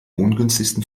ungünstigsten